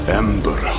ember